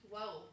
Whoa